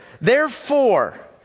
Therefore